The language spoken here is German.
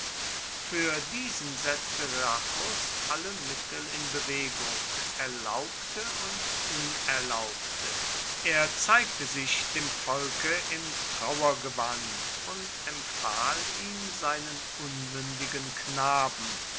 für diesen setzte gracchus alle mittel in bewegung erlaubte und unerlaubte er zeigte sich dem volke im trauergewand und empfahl ihm seinen unmündigen knaben